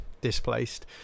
displaced